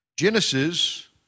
Genesis